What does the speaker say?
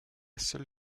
seule